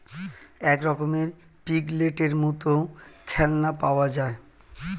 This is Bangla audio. এক রকমের পিগলেটের মত খেলনা পাওয়া যায়